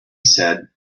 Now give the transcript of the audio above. said